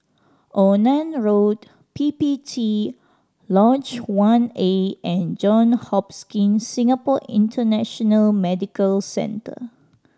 Onan Road P P T Lodge One A and Johns Hopkins Singapore International Medical Centre